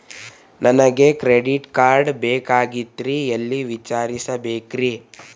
ನನಗೆ credit card ಬೇಕಾಗಿತ್ರಿ ಎಲ್ಲಿ ವಿಚಾರಿಸಬೇಕ್ರಿ?